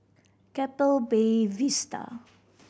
Keppel Bay Vista